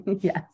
Yes